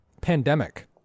Pandemic